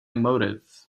motive